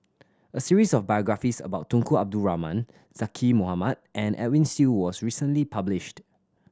a series of biographies about Tunku Abdul Rahman Zaqy Mohamad and Edwin Siew was recently published